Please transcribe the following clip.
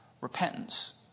repentance